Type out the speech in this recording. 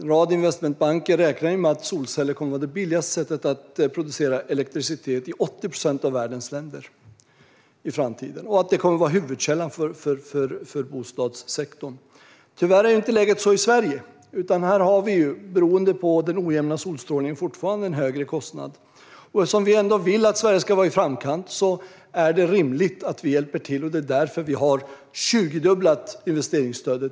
En rad investmentbanker räknar med att solceller kommer att vara det billigaste sättet att producera elektricitet i 80 procent av världens länder i framtiden och att det kommer att vara huvudkällan för bostadssektorn. Tyvärr är inte läget så i Sverige, utan här har vi, beroende på den ojämna solstrålningen, fortfarande en högre kostnad. Eftersom vi ändå vill att Sverige ska vara i framkant är det rimligt att vi hjälper till, och det är därför vi har tjugodubblat investeringsstödet.